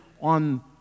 on